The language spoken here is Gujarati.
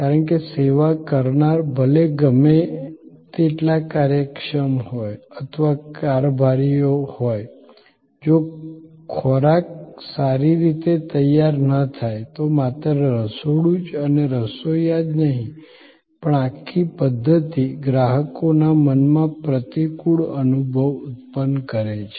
કારણ કે સેવા કરનાર ભલે ગમે તેટલા કાર્યક્ષમ હોય અથવા કારભારીઓ હોય જો ખોરાક સારી રીતે તૈયાર ન થાય તો માત્ર રસોડું જ અને રસોઇયા જ નહિ પણ આખી પધ્ધતિ ગ્રાહકોના મનમાં પ્રતિકૂળ અનુભવ ઉત્પન્ન કરે છે